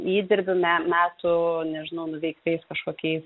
įdirbiu me metų nežinau nuveiktais kažkokiais